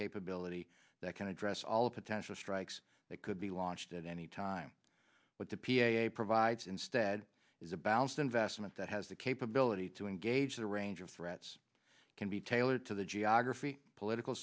capability that can address all the potential strikes that could be launched at any time but the p a provides instead is a balanced investment that has the capability to engage the range of threats can be tailored to the geography political